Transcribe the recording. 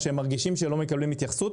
או שהם מרגישים שלא מקבלים התייחסות,